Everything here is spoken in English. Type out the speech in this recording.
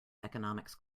economics